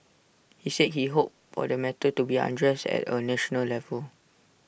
he said he hoped for the matter to be addressed at A national level